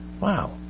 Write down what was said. Wow